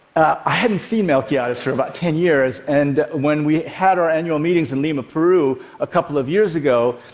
i hadn't seen melquiades for about ten years and when we had our annual meetings in lima, peru a couple of years ago,